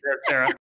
Sarah